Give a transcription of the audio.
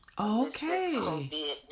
okay